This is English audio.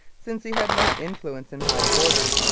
since he had no influence in high quarters,